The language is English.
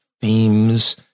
themes